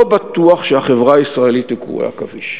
בטוח שהחברה הישראלית היא קורי עכביש.